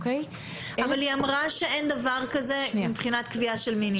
אבל היא אמרה שאין דבר כזה מבחינת קביעה של מינימום.